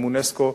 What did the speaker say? אונסק"ו,